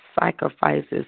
sacrifices